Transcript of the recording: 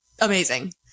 amazing